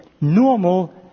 normal